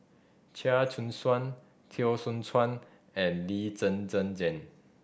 Chia Choo Suan Teo Soon Chuan and Lee Zhen Zhen Jane